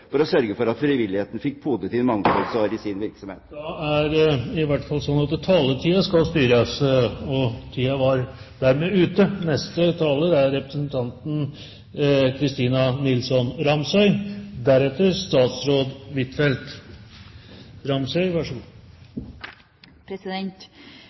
for å sørge for at frivilligheten fikk podet inn mangfold i sin virksomhet. Da er det i hvert fall sånn at taletiden skal styres, og tiden var dermed ute. Mange fra opposisjonen har beskrevet et virkelighetsbilde som det er